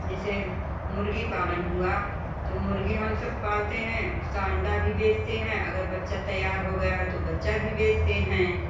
जिसे मुर्गी पालन हुआ तो मुर्गी हम सब पालते हैं उसका अंडा भी बेचते हैं अगर बच्चा तैयार हो गया है तो बच्चा भी बेचते हैं